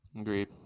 Agreed